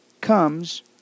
comes